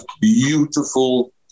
beautiful